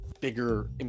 bigger